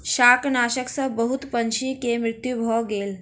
शाकनाशक सॅ बहुत पंछी के मृत्यु भ गेल